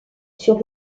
sur